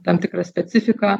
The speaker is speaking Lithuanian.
tam tikra specifika